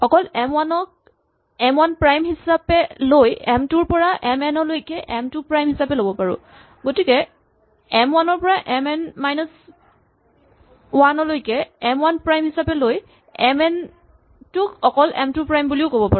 অকল এম ৱানক M one prime হিচাপে লৈ এম টু ৰ পৰা এম এন লৈকে এম টু প্ৰাইম হিচাপে ল'ব পাৰো নহ'লে এম ৱান ৰ পৰা এম এন মাইনাচ ৱান লৈকে এম ৱান প্ৰাইম হিচাপে লৈ এম এন টোক অকল এম টু প্ৰাইম বুলিও ল'ব পাৰো